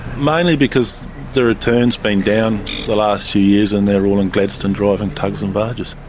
mainly because the return's been down the last few years and they're all in gladstone driving tugs and barges.